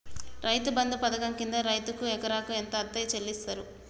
రైతు బంధు పథకం కింద రైతుకు ఎకరాకు ఎంత అత్తే చెల్లిస్తరు?